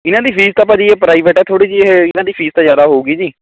ਇਹਨਾਂ ਦੀ ਫ਼ੀਸ ਤਾਂ ਭਾਅ ਜੀ ਇਹ ਪ੍ਰਾਈਵੇਟ ਹੈ ਥੋੜੀ ਜਿਹੀ ਇਹ ਇਹਨਾਂ ਦੀ ਫ਼ੀਸ ਤਾਂ ਜ਼ਿਆਦਾ ਹੋਊਗੀ ਜੀ